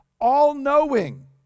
all-knowing